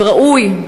וראוי,